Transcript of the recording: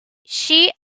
she